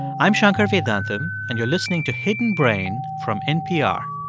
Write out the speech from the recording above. i'm shankar vedantam. and you're listening to hidden brain from npr